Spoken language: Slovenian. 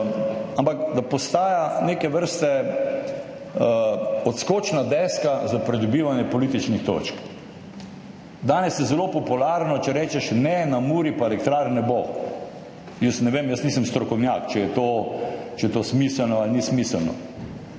ampak da postaja neke vrste odskočna deska za pridobivanje političnih točk. Danes je zelo popularno, če rečeš, ne, na Muri pa elektrarn ne bo. Jaz ne vem, jaz nisem strokovnjak, če je to smiselno ali ni smiselno,